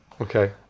Okay